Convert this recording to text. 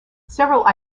several